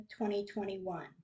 2021